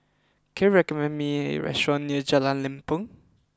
can you recommend me a restaurant near Jalan Lempeng